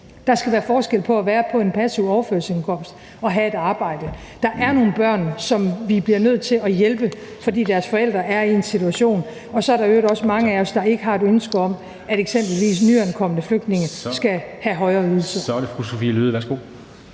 Der skal være forskel på at være på en passiv overførselsindkomst og have et arbejde. Der er nogle børn, som vi bliver nødt til at hjælpe på grund af deres forældres situation, og så er der i øvrigt også mange af os, der ikke har et ønske om, at eksempelvis nyankomne flygtninge skal have højere ydelser. Kl. 23:33 Formanden (Henrik